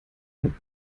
hat